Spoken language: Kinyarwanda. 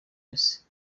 messi